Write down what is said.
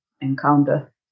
encounter